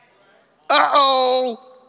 Uh-oh